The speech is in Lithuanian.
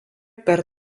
per